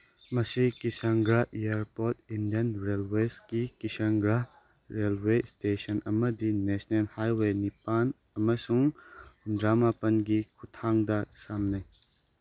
ꯃꯁꯤ ꯀꯤꯁꯟꯒ꯭ꯔ airport Indian ꯔꯦꯜꯋꯦꯜꯁꯒꯤ ꯀꯤꯁꯟꯒ꯭ꯔ ꯔꯦꯜꯋꯦꯜ ꯏꯁꯇꯦꯁꯟ ꯑꯃꯗꯤ ꯅꯦꯁꯅꯦꯜ ꯍꯥꯏꯋꯦ ꯅꯤꯄꯥꯜ ꯑꯃꯁꯨꯡ ꯍꯨꯝꯗ꯭ꯔꯥꯃꯥꯄꯟꯒꯤ ꯈꯨꯊꯥꯡꯗ ꯁꯝꯅꯩ